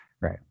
Right